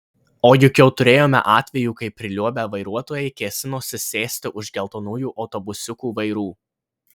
o juk jau turėjome atvejų kai priliuobę vairuotojai kėsinosi sėsti už geltonųjų autobusiukų vairų